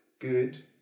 good